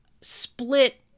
split